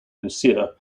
lucia